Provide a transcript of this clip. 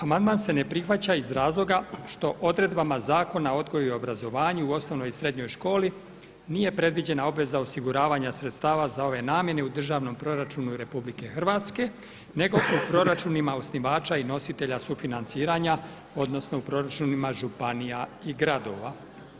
Amandman se ne prihvaća iz razloga što odredbama Zakona o odgoju i obrazovanju u osnovnoj i srednjoj školi nije predviđena obveza osiguravanja sredstava za ove namjene u državnom proračunu RH nego po proračunima osnivača i nositelja sufinanciranja odnosno u proračunima županija i gradova.